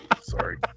Sorry